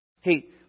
Hey